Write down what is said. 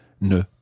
Ne